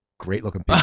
great-looking